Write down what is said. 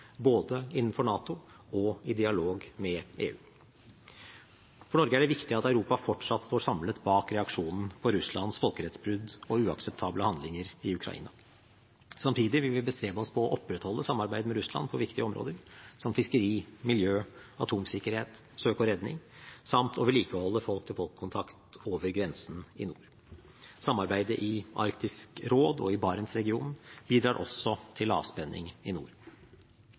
både innenfor NATO og i dialog med EU. For Norge er det viktig at Europa fortsatt står samlet bak reaksjonen på Russlands folkerettsbrudd og uakseptable handlinger i Ukraina. Samtidig vil vi bestrebe oss på å opprettholde samarbeidet med Russland på viktige områder, som fiskeri, miljø, atomsikkerhet, søk og redning, samt å vedlikeholde folk-til-folk-kontakt over grensen i nord. Samarbeidet i Arktisk råd og i Barentsregionen bidrar også til lavspenning i nord.